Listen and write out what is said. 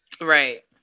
Right